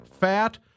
fat